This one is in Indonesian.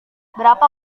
berapa